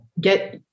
get